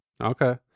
Okay